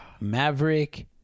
Maverick